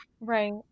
Right